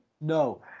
no